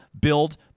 build